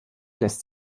lässt